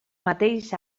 mateix